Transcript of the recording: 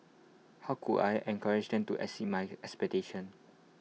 how could I encourage them to exceed my expectations